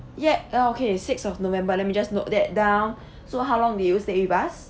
ye~ okay sixth of november let me just note that down so how long did you stay with us